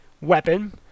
weapon